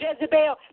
Jezebel